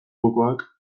jokoak